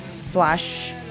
slash